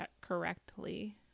correctly